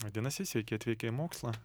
vadinasi sveiki atvykę į mokslą